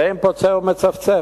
ואין פוצה פה ומצפצף.